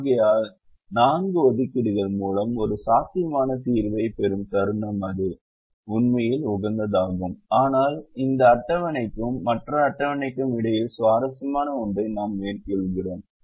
ஆகையால் நான்கு ஒதுக்கீடுகள் மூலம் ஒரு சாத்தியமான தீர்வைப் பெறும் தருணம் அது உண்மையில் உகந்ததாகும் ஆனால் இந்த அட்டவணைக்கும் மற்ற அட்டவணைக்கும் இடையில் சுவாரஸ்யமான ஒன்றை நாம் மேற்கொள்கிறோம்